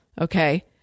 okay